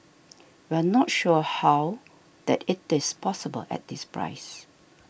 we're not sure how that it is possible at this price